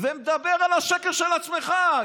ומדבר על השקר של עצמך.